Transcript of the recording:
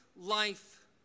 life